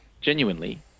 genuinely